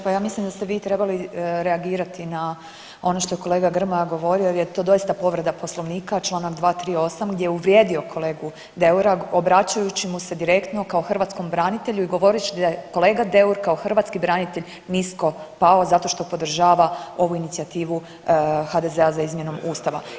Pa ja mislim da ste vi trebali reagirati na ono što je kolega Grmoja govorio jer je to doista povreda Poslovnika, Članak 238. gdje je uvrijedio kolegu Deura obraćajući mu se direktno kao hrvatskom branitelju i govoreći da je kolega Deur kao hrvatski branitelj nisko pao zato što podržava ovu inicijativu HDZ-a za izmjenom Ustava.